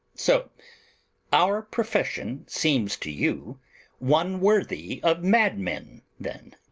so our profession seems to you one worthy of madmen then?